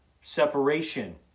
separation